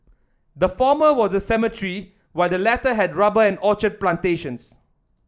the former was a cemetery while the latter had rubber and orchard plantations